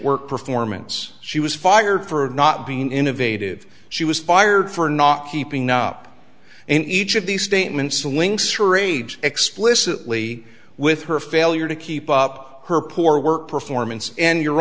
performance she was fired for not being innovative she was fired for not keeping up and each of these statements links rage explicitly with her failure to keep up her poor work performance and your